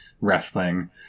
wrestling